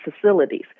facilities